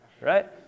right